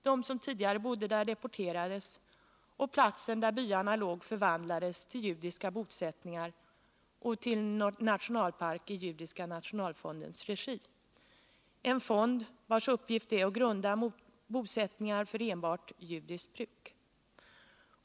De som tidigare bodde där deporterades, och platsen där byarna låg förvandlades till judiska bosättningar och till nationalparker i judiska nationalfondens regi — en fond vars uppgift är att grunda bosättningar för enbart judiskt bruk.